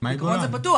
זה פתוח,